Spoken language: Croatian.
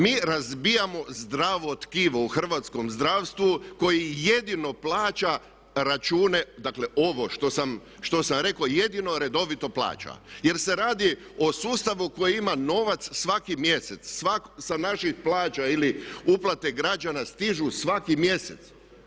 Mi razbijamo zdravo tkivo u hrvatskom zdravstvu koje jedino plaća račune dakle ovo što sam rekao jedino redovito plaća jer se radi o sustavu koji ima novac svaki mjesec, sa naših plaća ili uplate građana stižu svaki mjesec.